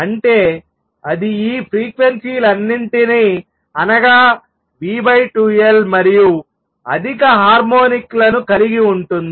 అంటే అది ఈ ఫ్రీక్వెన్సీలన్నింటిని అనగా v2L మరియు అధిక హార్మోనిక్లను కలిగి ఉంటుంది